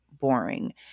boring